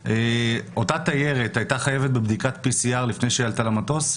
אותה תיירת הייתה חייבת בבדיקת PCR לפני שהיא עלתה למטוס?